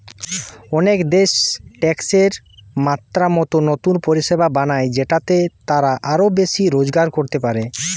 অনেক দেশ ট্যাক্সের মাত্রা মতো নতুন পরিষেবা বানায় যেটাতে তারা আরো বেশি রোজগার করতে পারে